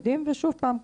ועוד פעם,